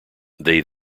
they